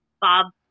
Bob